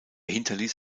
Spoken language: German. hinterließ